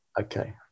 Okay